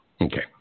Okay